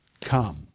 come